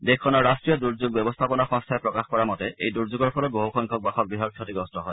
দেশখনৰ ৰাষ্ট্ৰীয় দুৰ্যোগ ব্যৱস্থাপনা সংস্থাই প্ৰকাশ কৰা মতে এই দুৰ্যোগৰ ফলত বহুসংখ্যক বাসগৃহ ক্ষতিগ্ৰস্ত হয়